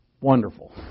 wonderful